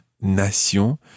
nation